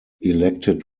elected